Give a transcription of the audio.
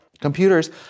Computers